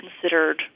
considered